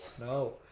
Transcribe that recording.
no